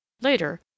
Later